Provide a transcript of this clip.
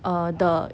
um the